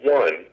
one